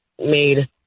made